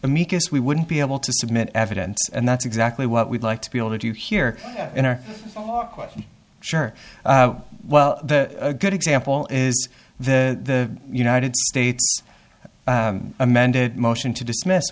amicus we wouldn't be able to submit evidence and that's exactly what we'd like to be able to do here in our question sure well the good example is the united states amended motion to dismiss